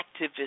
activist